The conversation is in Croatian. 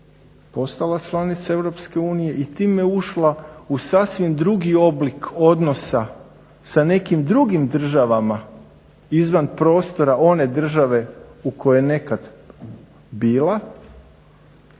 postala članica Europske unije i time ušla u sasvim drugi oblik odnosa sa nekim drugim državama izvan prostora one države u kojoj je nekada bila.